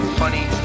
funny